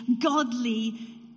godly